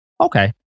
Okay